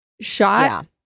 shot